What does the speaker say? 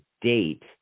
date